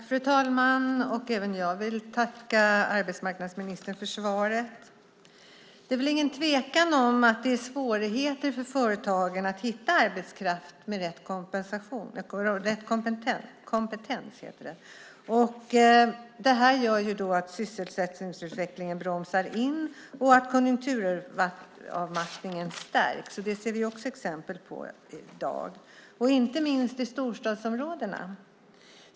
Fru talman! Även jag vill tacka arbetsmarknadsministern för svaret. Det råder väl ingen tvekan om att det är svårt för företagen att hitta arbetskraft med rätt kompetens. Det gör att sysselsättningsutvecklingen bromsar in och att konjunkturavmattningen stärks. Det ser vi också i dag exempel på, inte minst i storstadsområdena.